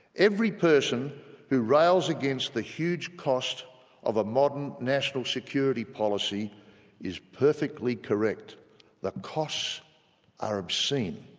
every person who rails against the huge cost of a modern national security policy is perfectly correct the costs are obscene.